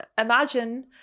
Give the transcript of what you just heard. imagine